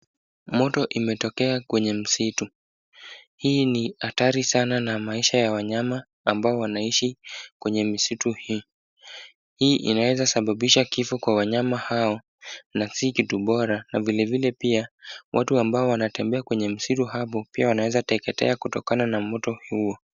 Moto imetokea kwenye msitu. Hii ni hatari sana na maisha ya wanyama ambao wanaishi kwenye misitu hii. Hii inaweza sababisha kifo kwa wanyama hao na si kitu bora na vile vile pia, watu ambao wanatembea kwenye msitu hapo pia wanaweza teketea kutokana na moto huo.